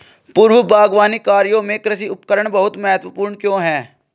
पूर्व बागवानी कार्यों में कृषि उपकरण बहुत महत्वपूर्ण क्यों है?